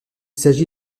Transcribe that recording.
s’agit